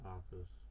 Office